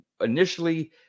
initially